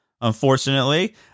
unfortunately